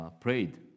prayed